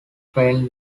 crane